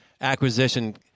acquisition